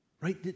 right